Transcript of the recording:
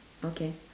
okay